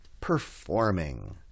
performing